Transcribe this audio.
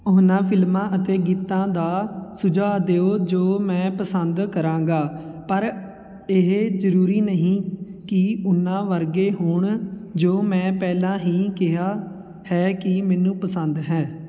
ਉਹਨਾਂ ਫਿਲਮਾਂ ਅਤੇ ਗੀਤਾਂ ਦਾ ਸੁਝਾਅ ਦਿਓ ਜੋ ਮੈਂ ਪਸੰਦ ਕਰਾਂਗਾ ਪਰ ਇਹ ਜ਼ਰੂਰੀ ਨਹੀਂ ਕਿ ਉਹਨਾਂ ਵਰਗੇ ਹੋਣ ਜੋ ਮੈਂ ਪਹਿਲਾਂ ਹੀ ਕਿਹਾ ਹੈ ਕਿ ਮੈਨੂੰ ਪਸੰਦ ਹੈ